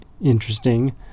interesting